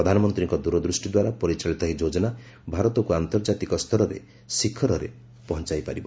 ପ୍ରଧାନମନ୍ତ୍ରୀଙ୍କ ଦୂରଦୃଷ୍ଟି ଦ୍ୱାରା ପରିଚାଳିତ ଏହି ଯୋଜନା ଭାରତକୁ ଆନ୍ତର୍ଜାତିକ ସ୍ତରରେ ଶିଖରରେ ପହଞ୍ଚାଇ ପାରିବ